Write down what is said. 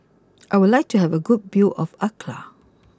I would like to have a good view of Accra